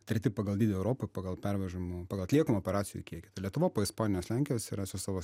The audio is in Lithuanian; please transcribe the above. treti pagal dydį europoj pagal pervežamų pagal atliekamų operacijų kiekį lietuva po ispanijos lenkijos yra su savo